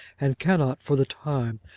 and cannot, for the time,